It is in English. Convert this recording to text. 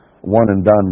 one-and-done